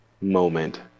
moment